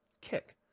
Kick